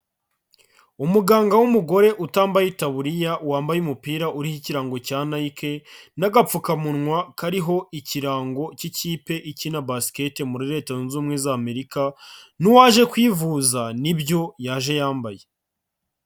Umuganga w'umugore utambaye itaburiya wambaye umupira uriho ikirango cya Nike n'agapfukamunwa, kariho ikirango cy'ikipe ikina Basket muri Leta zunze ubumwe z'Amerika n'uwaje kwivuza nibyo yaje yambaye.